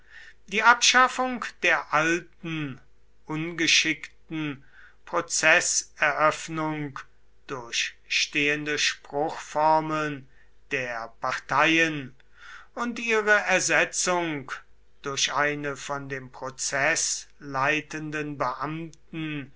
die abschaffung der alten ungeschickten prozeßeröffnung durch stehende spruchformeln der parteien und ihre ersetzung durch eine von dem prozeßleitenden beamten